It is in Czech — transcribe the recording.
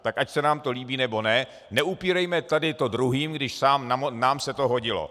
Tak ať se nám to líbí, nebo ne, neupírejme tady to druhým, když nám se to hodilo.